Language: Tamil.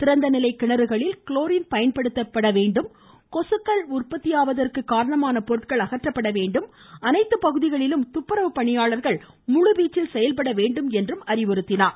திறந்தநிலை கிணறுகளில் குளோரின் பயன்படுத்த வேண்டும் கொசுக்கள் உற்பத்தியாவதற்கு காரணமான பொருட்கள் அகற்றப்பட வேண்டும் அனைத்து பகுதிகளிலும் துப்புரவு பணியாளா்கள் முழுவீச்சில் செயல்பட வேண்டும் என்றும் அறிவுறுத்தினார்